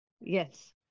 Yes